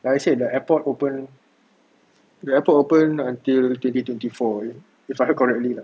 like I said the airport open the airport opened until twenty twenty four if I heard correctly lah